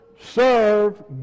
serve